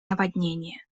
наводнения